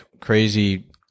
crazy